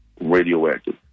radioactive